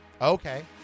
Okay